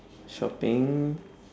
shopping